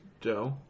Joe